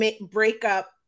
breakup